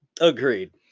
Agreed